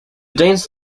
danes